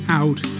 out